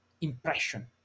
impression